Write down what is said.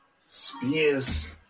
Spears